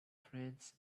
friends